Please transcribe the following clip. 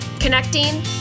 Connecting